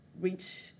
reach